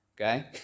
okay